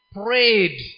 prayed